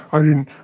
i didn't